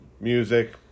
music